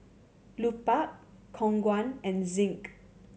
Lupark Khong Guan and Zinc